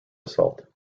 assault